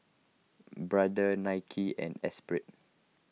Brother Nike and Esprit